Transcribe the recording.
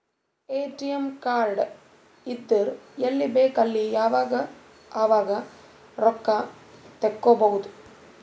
ATM card ಇದ್ದುರ್ ಎಲ್ಲಿ ಬೇಕ್ ಅಲ್ಲಿ ಯಾವಾಗ್ ಅವಾಗ್ ರೊಕ್ಕಾ ತೆಕ್ಕೋಭೌದು